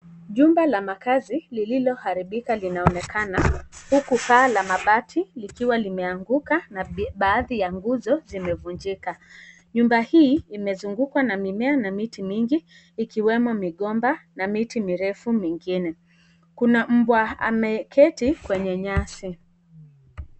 Jumba la makazi lililoharibika linaonekana huku paa la mabati likiwa limeanguka na baadhi ya nguzo zimevunjika. Nyumba hii imezungukwa na mimea na miti mingi ikiwemo migomba na miti mirefu mengine, kuna mbwa ameketi kwenye nyasi.